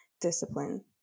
discipline